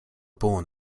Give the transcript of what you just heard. born